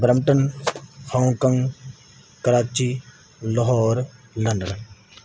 Brampton Hong Kong Karachi Lahore London